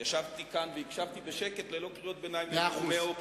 עכשיו אני קורא לך פעם שנייה,